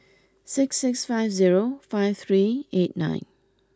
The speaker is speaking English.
six six five zero five three eight nine